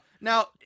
Now